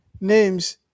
names